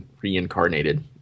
reincarnated